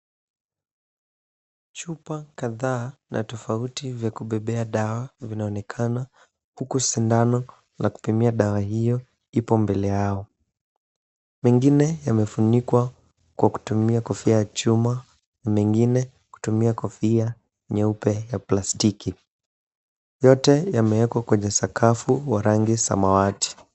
Chupa kadhaa la tofauti vya kubebea dawa vinaonekana huku sindano la kupimia dawa hiyo ipo mbele yao. Mengine yamefunikwa kwa kutumia kofia ya chuma na mengine kutumia kofia nyeupe ya plastiki. Yote yamewekwa kwenye sakafu wa rangi samawati.